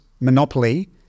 Monopoly